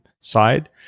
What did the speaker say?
side